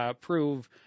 prove